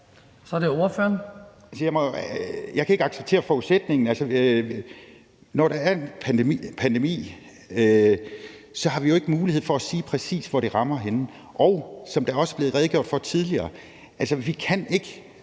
Per Husted (S): Jeg kan ikke acceptere forudsætningen. Altså, når der er en pandemi, har vi jo ikke mulighed for at sige, præcis hvor det rammer. Som der også er blevet redegjort for tidligere, kan vi ikke